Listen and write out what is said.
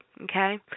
okay